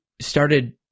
started